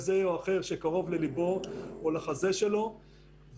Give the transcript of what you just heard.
חלק מהסמכויות שבאופן טבעי ובאופן הגיוני,